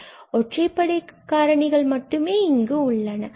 எனவே ஒற்றைப்படை பகுதிகள் மட்டுமே இங்கு உள்ளன